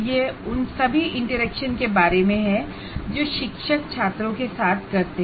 यह उन सभी इंटरेक्शन के बारे में है जो शिक्षक छात्रों के साथ करते हैं